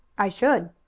i should,